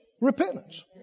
repentance